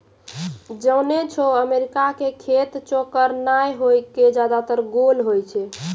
जानै छौ अमेरिका के खेत चौकोर नाय होय कॅ ज्यादातर गोल होय छै